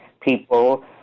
people